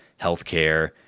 healthcare